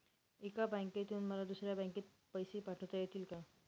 एका बँकेतून मला दुसऱ्या बँकेत पैसे पाठवता येतील का?